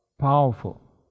Powerful